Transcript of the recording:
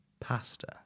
pasta